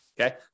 Okay